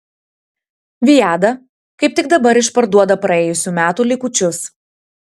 viada kaip tik dabar išparduoda praėjusių metų likučius